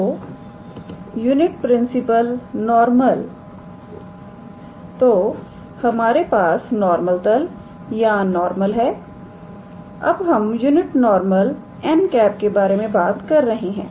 तो unit principal normal तो हमारे पास नॉर्मल तल या नॉर्मल है अब हम यूनिट नॉर्मल 𝑛̂ के बारे में बात कर रहे हैं